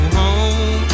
home